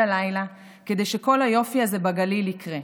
הלילה כדי שכל היופי הזה בגליל יקרה.